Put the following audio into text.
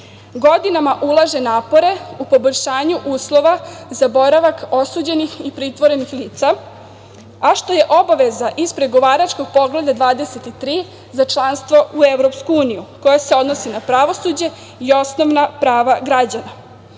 godinama ulaže napore u poboljšanje uslova za boravak osuđenih i pritvorenih lica, a što je obaveza iz pregovaračkog Poglavlja 23 za članstvo u EU koja se odnosi na pravosuđe i osnovna prava građana. Takođe,